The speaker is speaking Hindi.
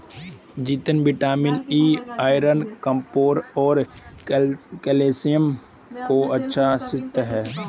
जैतून विटामिन ई, आयरन, कॉपर और कैल्शियम का अच्छा स्रोत हैं